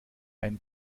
ein